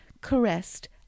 caressed